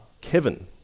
Kevin